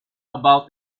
about